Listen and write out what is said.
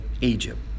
Egypt